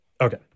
Okay